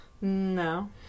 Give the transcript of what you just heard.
No